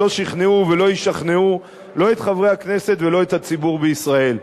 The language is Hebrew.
שלא שכנעו ולא ישכנעו לא את חברי הכנסת ולא את הציבור בישראל.